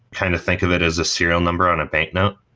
kind of think of it as a serial number on a banknote.